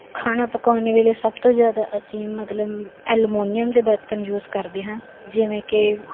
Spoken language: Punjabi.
ਖਾਣਾ ਪਕਾਉਣ ਵੇਲੇ ਸਭ ਤੋਂ ਜ਼ਿਆਦਾ ਅਸੀਂ ਮਤਲਬ ਐਲਮੋਨੀਅਮ ਦੇ ਬਰਤਨ ਯੂਜ਼ ਕਰਦੇ ਹਾਂ ਜਿਵੇਂ ਕਿ